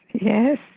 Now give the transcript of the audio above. Yes